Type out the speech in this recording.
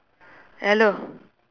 hello